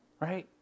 Right